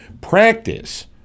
Practice